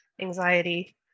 anxiety